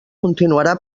continuarà